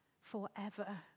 forever